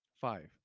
Five